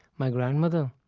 my grandmother.